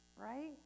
right